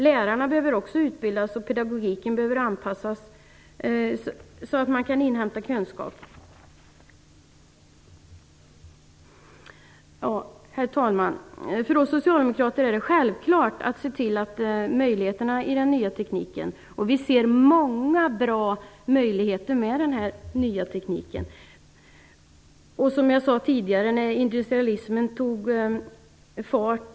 Lärarna behöver också utbildas, och pedagogiken behöver anpassas så att man kan inhämta kunskap Herr talman! För oss socialdemokrater är det självklart att se möjligheterna i den nya tekniken. Jag nämnde förut hur industrialismen tog fart.